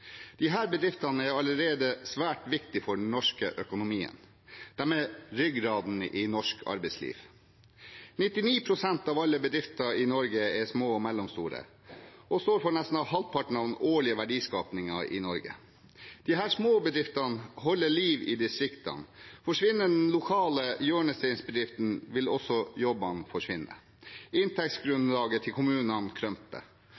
bedriftene er allerede svært viktige for den norske økonomien. De er ryggraden i norsk arbeidsliv. 99 pst. av alle bedrifter i Norge er små og mellomstore og står for nesten halvparten av den årlige verdiskapingen i Norge. Disse små bedriftene holder liv i distriktene. Forsvinner den lokale hjørnesteinsbedriften, vil også jobbene forsvinne,